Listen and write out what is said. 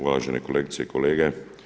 Uvažene kolegice i kolege.